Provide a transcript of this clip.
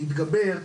להתגבר עליהם,